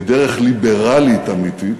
כדרך ליברלית אמיתית,